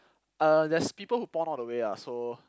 uh there's people who pon all the way ah so